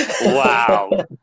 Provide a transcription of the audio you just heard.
wow